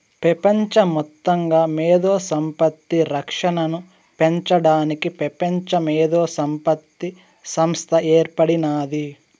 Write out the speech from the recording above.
పెపంచ మొత్తంగా మేధో సంపత్తి రక్షనను పెంచడానికి పెపంచ మేధోసంపత్తి సంస్త ఏర్పడినాది